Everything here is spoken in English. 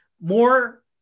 more